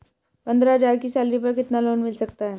पंद्रह हज़ार की सैलरी पर कितना लोन मिल सकता है?